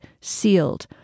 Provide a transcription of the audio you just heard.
sealed